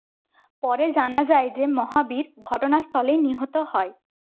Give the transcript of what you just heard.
পরে জানা যায় যে মহাবীর ঘটনাস্থলেই নিহত হয়